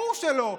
ברור שלא,